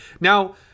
Now